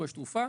לרכישת תרופה,